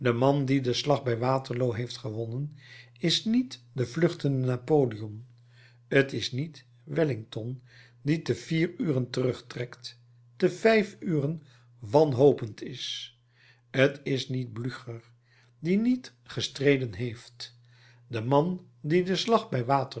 de man die den slag bij waterloo heeft gewonnen is niet de vluchtende napoleon t is niet wellington die te vier uren terugtrekt te vijf uren wanhopend is t is niet blücher die niet gestreden heeft de man die den slag bij